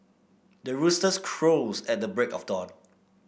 the roosters crows at the break of dawn